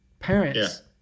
parents